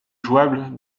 jouable